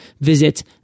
visit